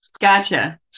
Gotcha